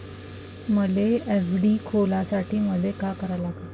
मले एफ.डी खोलासाठी मले का करा लागन?